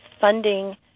funding